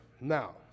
Now